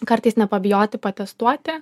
kartais nepabijoti patestuoti